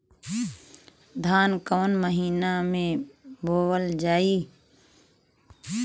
धान कवन महिना में बोवल जाई?